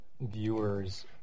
viewers